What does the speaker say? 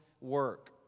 work